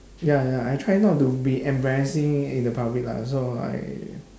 ya ya I try not to be embarrassing in the public lah so I